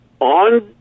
on